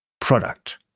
product